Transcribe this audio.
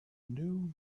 new